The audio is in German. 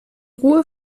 ruhe